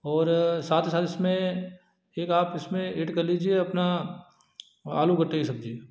और साथ ही साथ इसमें एक आप इसमें एड कर लीजिए अपना आलू गट्टे की सब्जी